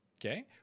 Okay